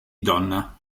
donna